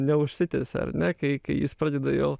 neužsitęsia ar ne kai kai jis pradeda jau